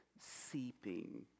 seeping